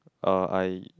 uh I